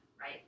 right